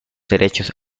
derechos